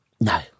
No